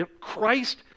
Christ